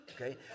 Okay